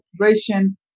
operation